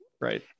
Right